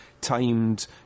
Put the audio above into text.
timed